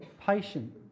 patient